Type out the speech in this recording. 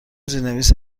زیرنویس